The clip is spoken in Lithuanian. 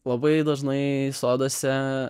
labai dažnai soduose